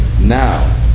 now